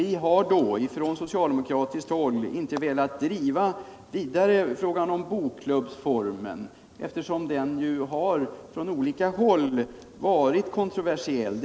Vi har från socialdemokratiskt håll inte velat driva frågan om cen barnboksklubb vidare, eftersom den på olika håll har varit kontroversiell.